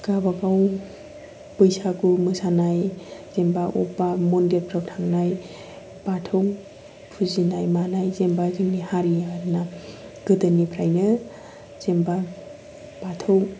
गावबागाव बैसागु मोसानाय जेनेबा बबेयावबा मन्दिरफोराव थांनाय बाथौ फुजिनाय मानाय जेनेबा जोंनि हारि आरोना गोदोनिफ्रायनो जेनेबा बाथौ